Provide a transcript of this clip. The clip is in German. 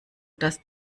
dass